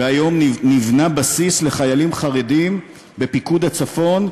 והיום נבנה בסיס לחיילים חרדים בפיקוד הצפון,